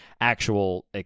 actual